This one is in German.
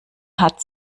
hat